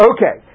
Okay